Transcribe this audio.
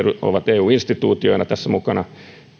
ovat eu instituutioina tässä mukana